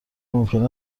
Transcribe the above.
ممکن